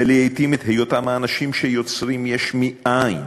ולעתים את היותם האנשים שיוצרים יש מאין,